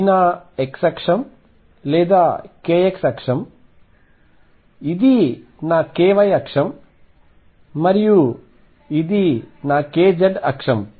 ఇది నా x అక్షం లేదా kxఅక్షం ఇది నా ky అక్షం మరియు ఇది నా kz అక్షం